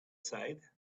side